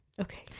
Okay